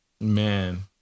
Man